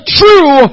true